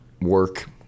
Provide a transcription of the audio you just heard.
work